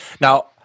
now